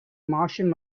martians